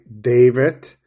David